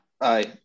Aye